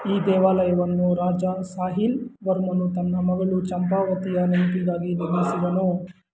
ಈ ದೇವಾಲಯವನ್ನು ರಾಜಾ ಸಾಹಿಲ್ ವರ್ಮನು ತನ್ನ ಮಗಳು ಚಂಪಾವತಿಯ ನೆನಪಿಗಾಗಿ ನಿರ್ಮಿಸಿದನು